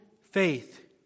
faith